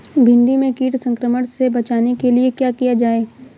भिंडी में कीट संक्रमण से बचाने के लिए क्या किया जाए?